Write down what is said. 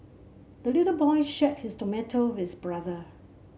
the little boy shared his tomato with brother